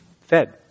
fed